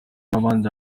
n’abandi